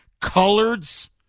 coloreds